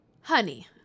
honey